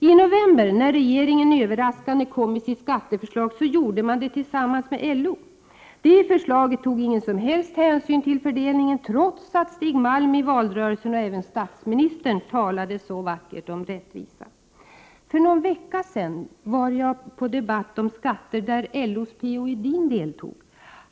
När regeringen i november överraskande kom med sitt skatteförslag, så gjorde man det tillsammans med LO. Det förslaget tog ingen som helst hänsyn till fördelningen, trots att Stig Malm i valrörelsen och även statsministern talade så vackert om rättvisa. För någon vecka sedan var jag med på en debatt om skatter, där LO:s P. O. Edin deltog.